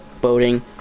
boating